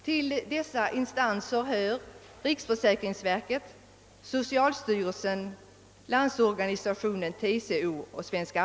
Till dessa instanser hör riksförsäkringsverket, socialstyrelsen, LO, TCO och SAF.